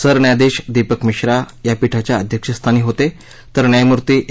सरन्यायाधिश दीपक मिश्रा या पीठाच्या अध्यक्षस्थानी होते तर न्यायमूर्ती ए